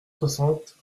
soixante